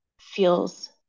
feels